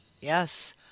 Yes